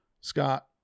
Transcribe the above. Scott